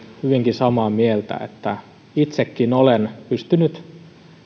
hyvinkin samaa mieltä että itsekin olen pystynyt